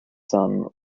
son